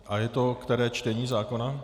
A je to které čtení zákona?